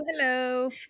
hello